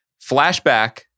flashback